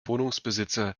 wohnungsbesitzer